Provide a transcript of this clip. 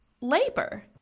labor